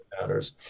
matters